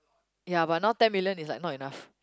ya but now ten million is like not enough